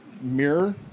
Mirror